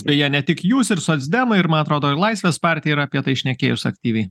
beje ne tik jūs ir socdemai ir man atrodo ir laisvės partija yra apie tai šnekėjus aktyviai